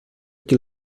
qui